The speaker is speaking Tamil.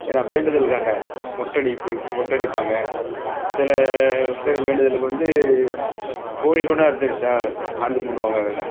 ஏன்னால் வேண்டுதல்காக மொட்டடைப்பு மொட்டை அடிப்பாங்க சில பேர் வேண்டுதலுக்கு வந்து கோழிக்கூடம் அறுத்து ச சாமி கும்பிடுவாங்க அதில்